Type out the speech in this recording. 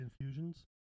infusions